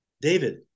David